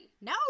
no